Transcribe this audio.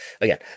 again